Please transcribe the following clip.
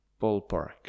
ballpark